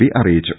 P അറിയിച്ചു